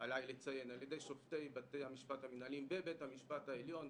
על-ידי שופטי בתי המשפט המנהליים בבית המשפט העליון.